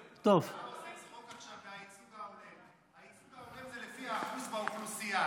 הייצוג ההולם הוא לפי האחוז באוכלוסייה.